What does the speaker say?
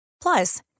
Plus